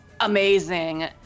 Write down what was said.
amazing